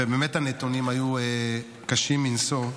ובאמת הנתונים היו קשים מנשוא,